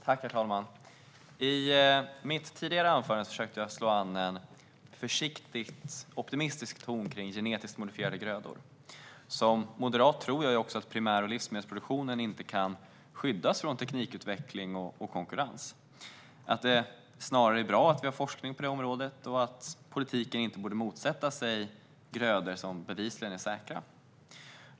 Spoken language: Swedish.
Herr talman! I mitt tidigare anförande försökte jag slå an en försiktigt optimistisk ton angående genetiskt modifierade grödor. Som moderat tror jag också att primär och livsmedelsproduktionen inte kan skyddas från teknikutveckling och konkurrens, att det snarare är bra att vi har forskning på det området och att politiken inte borde motsätta sig grödor som bevisligen är säkra.